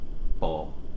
ball